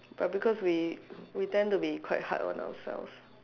but because we we tend to be quite hard on ourselves